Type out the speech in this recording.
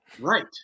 Right